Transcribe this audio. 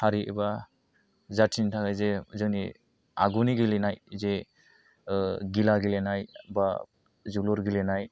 हारि एबा जाथिनि थाखाय जे जोंनि आगुनि गेलेनाय जे गिला गेलेनाय बा जोलुर गेलेनाय